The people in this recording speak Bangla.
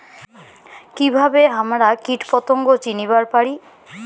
কিভাবে হামরা কীটপতঙ্গ চিনিবার পারি?